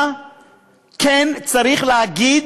כולנו יהודים,